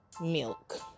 milk